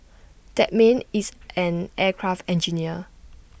that man is an aircraft engineer